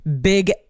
big